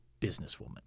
businesswoman